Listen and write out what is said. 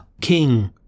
King